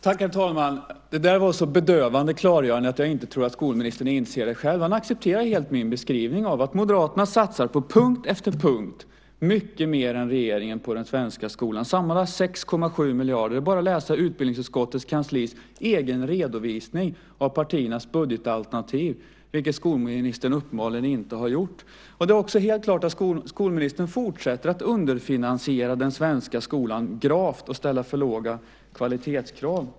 Herr talman! Det där var så bedövande klargörande att jag inte tror att skolministern inser det själv. Han accepterar helt min beskrivning av att Moderaterna på punkt efter punkt satsar mycket mer än regeringen på den svenska skolan, sammanlagt 6,7 miljarder. Det är bara att läsa utbildningsutskottets kanslis egen redovisning av partiernas budgetalternativ, vilket skolministern uppenbarligen inte har gjort. Det är också helt klart att skolministern fortsätter att underfinansiera den svenska skolan gravt och ställa för låga kvalitetskrav.